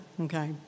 Okay